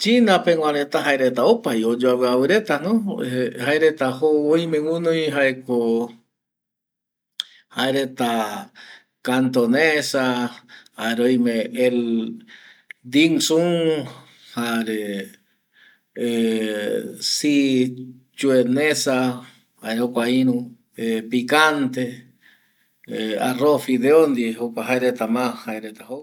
China pegua reta opa oyuaviavi reta jaereta jou oime gunoi jaeko cantonesa, dinzu, jae picantes arroz fideo ndie jae jokua reta ma jou va.